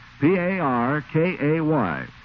P-A-R-K-A-Y